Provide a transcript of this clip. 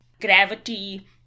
Gravity